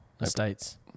estates